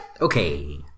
Okay